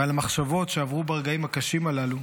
ועל המחשבות שעברו ברגעים הקשים הללו,